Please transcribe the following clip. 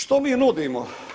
Što mi nudimo?